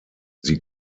sie